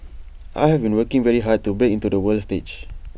I have been working very hard to break into the world stage